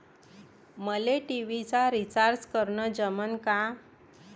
मले टी.व्ही चा रिचार्ज करन जमन का?